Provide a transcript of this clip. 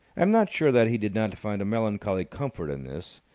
am not sure that he did not find a melancholy comfort in this,